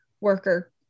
worker